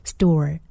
Store